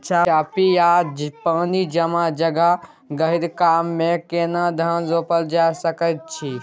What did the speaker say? चापि या पानी जमा जगह, गहिरका मे केना धान रोपल जा सकै अछि?